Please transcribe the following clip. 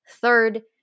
third